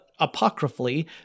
apocryphally